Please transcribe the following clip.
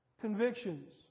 convictions